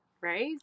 Right